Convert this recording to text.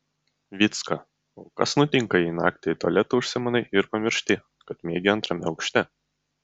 vycka o kas nutinka jei naktį į tualetą užsimanai ir pamiršti kad miegi antrame aukšte